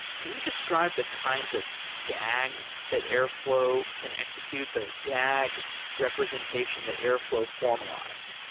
can you describe the kinds of dags that airflow can execute, the dag representation that airflow formalized?